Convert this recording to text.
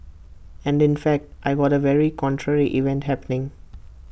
and in fact I got A very contrary event happening